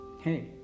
Hey